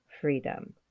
freedom